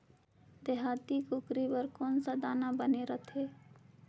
देहाती कुकरी बर कौन सा दाना बने रथे?